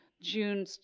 June